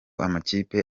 amakipe